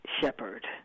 Shepherd